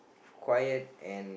quiet and